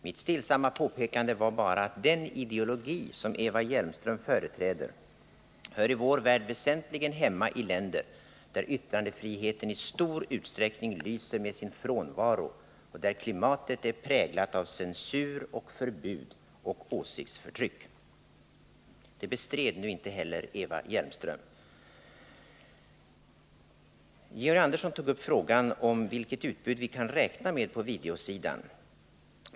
Mitt stillsamma påpekande var bara att den ideologi som Eva Hjelmström företräder hör i vår värld väsentligen hemma i länder där yttrandefriheten i stor utsträckning lyser med sin frånvaro och där klimatet är präglat av censur och förbud och åsiktsförtryck. Det bestred nu inte heller Eva Hjelmström. Georg Andersson tog upp frågan om vilket utbud vi kan räkna med på videosidan.